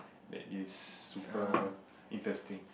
that is super interesting